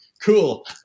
cool